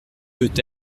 peut